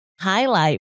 highlight